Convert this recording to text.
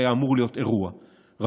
שהיה אמור להיות אירוע רגיש,